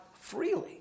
freely